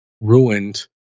ruined